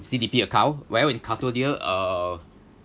C_D_P account where as in custodial uh